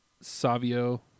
Savio